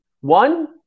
one